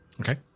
Okay